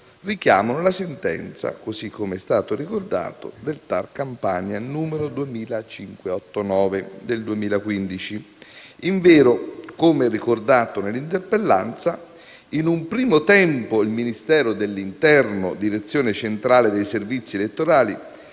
richiamano la sentenza, così come è stato ricordato, del TAR Campania n. 2589 del 2015. Invero, come ricordato nell'interpellanza, in un primo tempo il Ministero dell'interno, Direzione centrale dei servizi elettorali,